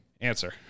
Answer